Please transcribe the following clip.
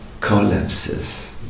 collapses